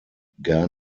gar